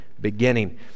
beginning